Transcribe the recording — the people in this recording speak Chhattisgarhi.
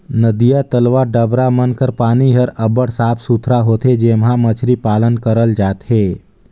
नदिया, तलवा, डबरा मन कर पानी हर अब्बड़ साफ सुथरा होथे जेम्हां मछरी पालन करल जाथे